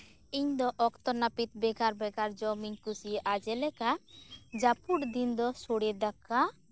ᱤᱧᱫᱚ ᱚᱠᱛᱚ ᱱᱟᱹᱯᱤᱛ ᱵᱷᱮᱜᱟᱨ ᱵᱷᱮᱜᱟᱨ ᱡᱚᱢᱤᱧ ᱠᱩᱥᱤᱭᱟᱜᱼᱟ ᱡᱮᱞᱮᱠᱟ ᱡᱟᱹᱯᱩᱫ ᱫᱤᱱ ᱫᱚ ᱥᱚᱲᱮ ᱫᱟᱠᱟ